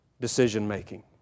decision-making